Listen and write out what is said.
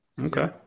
Okay